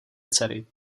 dcery